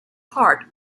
heart